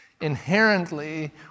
Inherently